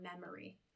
memory